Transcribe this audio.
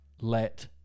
let